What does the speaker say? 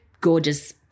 gorgeous